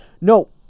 no